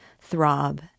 throb